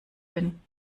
bin